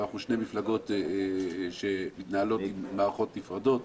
אנחנו שתי מפלגות שמתנהלות עם מערכות נפרדות,